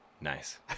nice